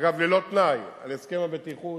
אגב, ללא תנאי על הסכם הבטיחות,